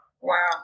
Wow